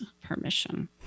permission